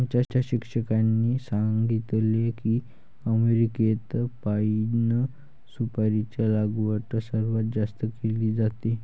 आमच्या शिक्षकांनी सांगितले की अमेरिकेत पाइन सुपारीची लागवड सर्वात जास्त केली जाते